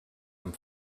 amb